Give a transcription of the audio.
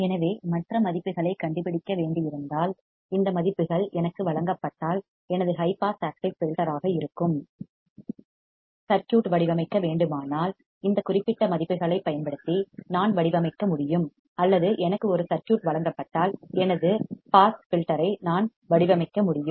எனவே மற்ற மதிப்புகளைக் கண்டுபிடிக்க வேண்டியிருந்தால் இந்த மதிப்புகள் எனக்கு வழங்கப்பட்டால் எனது ஹை பாஸ் ஆக்டிவ் ஃபில்டர்யாக இருக்கும் சர்க்யூட் வடிவமைக்க வேண்டுமானால் இந்த குறிப்பிட்ட மதிப்புகளைப் பயன்படுத்தி நான் வடிவமைக்க முடியும் அல்லது எனக்கு ஒரு சர்க்யூட் வழங்கப்பட்டால் எனது பாஸ் ஃபில்டர் ஐ நான் வடிவமைக்க முடியும்